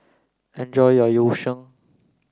enjoy your Yu Sheng